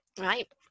right